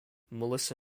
melissa